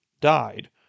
died